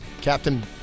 Captain